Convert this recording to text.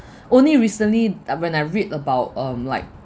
only recently uh when I read about um like